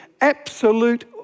absolute